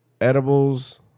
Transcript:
edibles